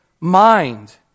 mind